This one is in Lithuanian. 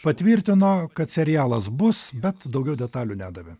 patvirtino kad serialas bus bet daugiau detalių nedavė